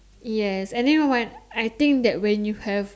yes and then you know what I think that when you have